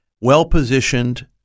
well-positioned